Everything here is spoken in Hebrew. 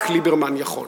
רק ליברמן יכול.